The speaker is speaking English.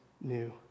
new